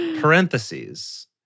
parentheses